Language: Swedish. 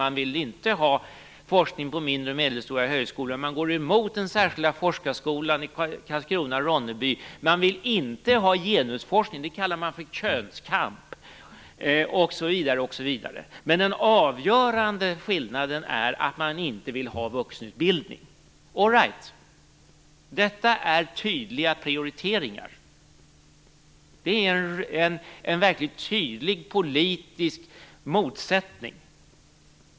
Man vill inte ha forskning på mindre och medelstora högskolor. Man går emot den särskilda forskarskolan i Karlskrona och Ronneby. Man vill inte ha genusforskning. Det kallar man för könskamp. Men den avgörande skillnaden är att man inte vill ha vuxenutbildning. Detta är tydliga prioriteringar som demonstrerar en verkligt tydlig politisk motsättning.